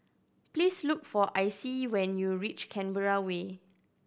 please look for Icie when you reach Canberra Way